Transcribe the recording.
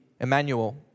Emmanuel